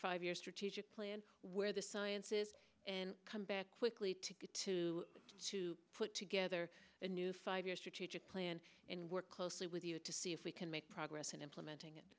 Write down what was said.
five year strategic plan where the science is and come back quickly to get to put together a new five year strategic plan and work closely with you to see if we can make progress in implementing it